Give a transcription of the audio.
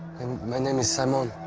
my name is simon.